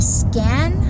scan